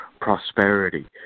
prosperity